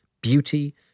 beauty